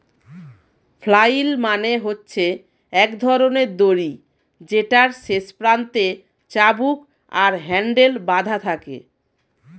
flail মানে হচ্ছে এক ধরণের দড়ি যেটার শেষ প্রান্তে চাবুক আর হ্যান্ডেল বাধা থাকে